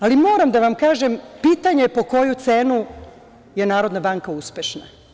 Ali, moram da vam kažem, pitanje je po koju cenu je Narodna banka uspešna.